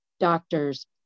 doctors